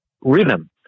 rhythm